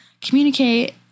communicate